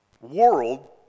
world